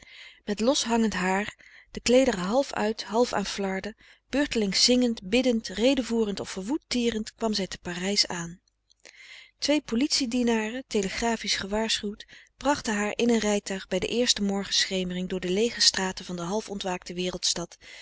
met loshangend haar de kleederen half uit half aan flarden beurtelings zingend biddend redevoerend of verwoed tierend kwam zij te parijs aan twee politie-dienaren telegrafisch gewaarschuwd brachten haar in een rijtuig bij de eerste morgenschemering door de leege straten van de half ontwaakte wereldstad